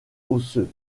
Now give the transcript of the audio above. osseux